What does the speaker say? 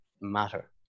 matter